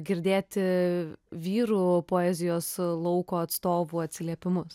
girdėti vyrų poezijos lauko atstovų atsiliepimus